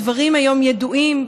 הדברים היום ידועים.